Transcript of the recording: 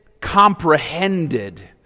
comprehended